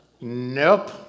Nope